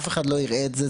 אף אחד לא יראה את זה,